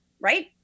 right